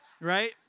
right